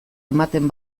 ematen